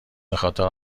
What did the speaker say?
بخاطر